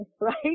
Right